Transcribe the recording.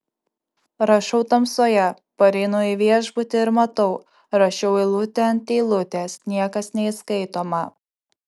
rašau tamsoje pareinu į viešbutį ir matau rašiau eilutė ant eilutės niekas neįskaitoma